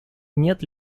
нет